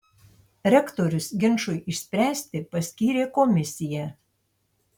rektorius ginčui išspręsti paskyrė komisiją